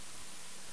ידפוק על הדלת וייכנס.